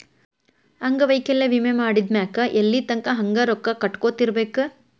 ಅಂಗವೈಕಲ್ಯ ವಿಮೆ ಮಾಡಿದ್ಮ್ಯಾಕ್ ಎಲ್ಲಿತಂಕಾ ಹಂಗ ರೊಕ್ಕಾ ಕಟ್ಕೊತಿರ್ಬೇಕ್?